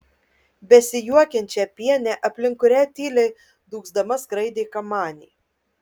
besijuokiančią pienę aplink kurią tyliai dūgzdama skraidė kamanė